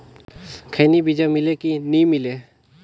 खैनी बिजा मिले कि नी मिले?